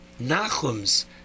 Nachum's